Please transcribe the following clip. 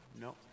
no